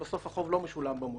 שבסוף החוב לא משולם במועד?